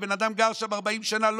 ובן אדם גר שם 40 שנה,